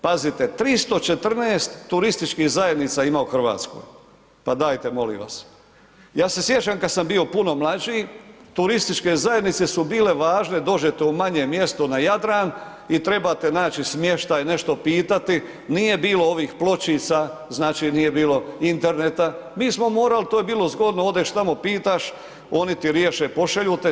Pazite, 314 turističkih zajednica ima u Hrvatskoj, pa dajte molim vas, ja se sjećam kad sam bio puno mlađi turističke zajednice su bile važne, dođete u manje mjesto na Jadran i trebate naći smještaj, nešto pitati, nije bilo ovih pločica, znači nije bilo interneta, mi smo morali to je bilo zgodno, odeš tamo pitaš, oni ti riješe pošalju te.